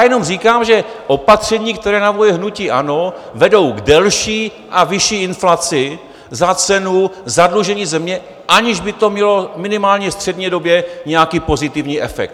Jenom říkám, že opatření, která navrhuje hnutí ANO, vedou k delší a vyšší inflaci za cenu zadlužení země, aniž by to mělo minimálně střednědobě nějaký pozitivní efekt.